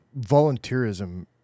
volunteerism